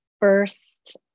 first